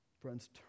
Friends